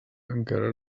encara